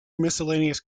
miscellaneous